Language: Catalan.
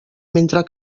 mentre